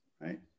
right